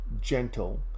gentle